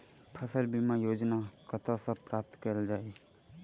फसल बीमा योजना कतह सऽ प्राप्त कैल जाए?